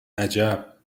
عجب